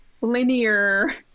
linear